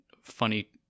funny